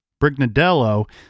Brignadello